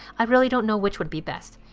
i really don't know which would be best.